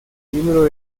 libro